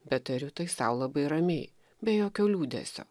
bet tariu tai sau labai ramiai be jokio liūdesio